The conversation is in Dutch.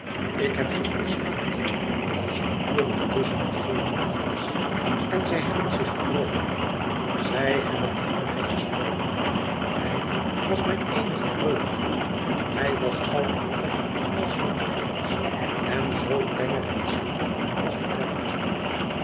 ik heb ze versmaad als ze gluurden tusschen de gele iris en zij hebben zich gewroken zij hebben hem mij gestolen hij was mijn eenige vreugde hij was goudlokkig als zonneglans en zoo tenger en slank als een